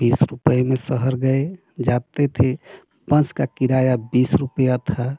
बीस रुपये में शहर गए जाते थे बस का किराया बीस रुपया था